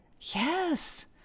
Yes